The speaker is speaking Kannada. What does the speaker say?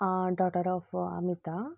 ಆ ಡಾಟರ್ ಆಫ್ ಅಮಿತ